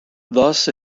thus